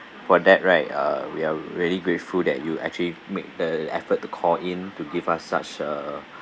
for that right uh we are really grateful that you actually make the effort to call in to give us such a